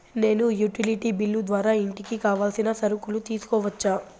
నేను utility bill ద్వారా ఇంటికి కావాల్సిన సరుకులు తీసుకోవచ్చా?